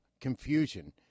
confusion